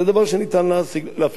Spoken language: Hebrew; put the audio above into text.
זה דבר שניתן להפיק ממנו לקחים.